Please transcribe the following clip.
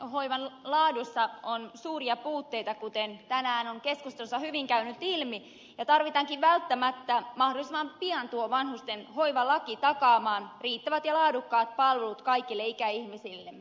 vanhustenhoivan laadussa on suuria puutteita kuten tänään on keskustelussa hyvin käynyt ilmi ja tarvitaankin välttämättä mahdollisimman pian tuo vanhustenhoivalaki takaamaan riittävät ja laadukkaat palvelut kaikille ikäihmisillemme